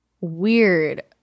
weird